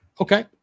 Okay